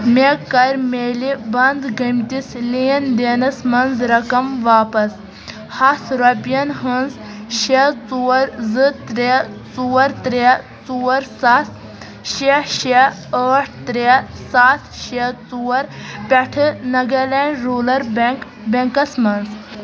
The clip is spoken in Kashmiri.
مےٚ کر میلہِ بنٛد گٔمتِس لین دینس منز رَقم واپس ہتھ روپین ہٕنز شےٚ ژور زٕ ترٛےٚ ژور ترٛےٚ ژور ستھ شےٚ شےٚ ٲٹھ ترٛےٚ ستھ شےٚ ژور پٮ۪ٹھٕ ناگالینٛڈ روٗلَر بٮ۪نٛک بٮ۪نٛکس منز